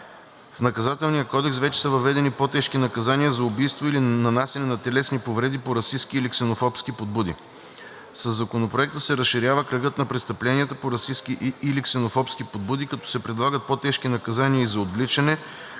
В Наказателния кодекс вече са въведени по-тежки наказания за убийство или нанасяне на телесни повреди по расистки или ксенофобски подбуди. Със Законопроекта се разширява кръгът на престъпленията по расистки или ксенофобски подбуди, като се предлагат по-тежки наказания и за отвличане,